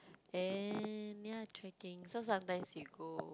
and ya trekking so sometimes we go